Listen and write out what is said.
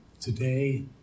today